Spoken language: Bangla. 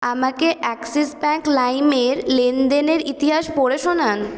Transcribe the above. আমাকে অ্যাক্সিস ব্যাংক লাইমের লেনদেনের ইতিহাস পড়ে শোনান